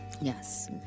Yes